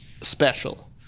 special